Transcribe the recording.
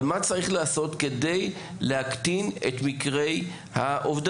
אבל מה צריך לעשות כדי להקטין את מקרי האובדנות?